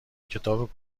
کتاب